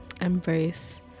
embrace